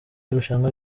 irushanwa